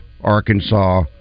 Arkansas